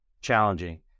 challenging